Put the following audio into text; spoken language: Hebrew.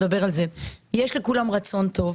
יש לכולם רצון טוב.